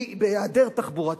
בהיעדר תחבורה ציבורית,